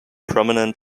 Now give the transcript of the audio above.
prominent